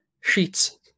sheets